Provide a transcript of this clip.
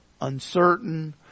uncertain